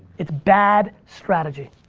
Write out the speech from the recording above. it's bad strategy.